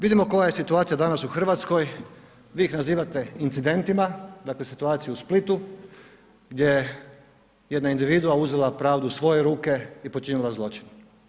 Vidimo koja je situacija danas u Hrvatskoj, vi ih nazivate incidentima, dakle situaciju u Splitu gdje je jedna individua uzela pravdu u svoje ruke i počinila zločin.